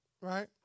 right